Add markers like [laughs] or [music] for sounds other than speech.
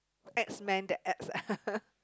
X Men the X [laughs]